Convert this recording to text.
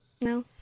No